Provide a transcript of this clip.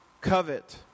covet